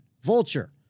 Vulture